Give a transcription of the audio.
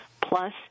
Plus